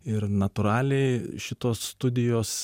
ir natūraliai šitos studijos